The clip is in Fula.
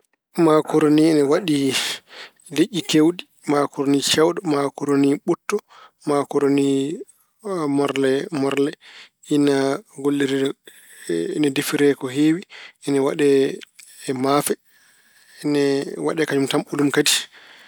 Maakoroni ina waɗi liƴƴi keewɗi: maakoroni seewɗo, maakoroni ɓuɗto, maakoroni morle morle. Ina golliri- ina defire ko heewi. Ina waɗee e maafe, ina kañum tan ɓolum kadi.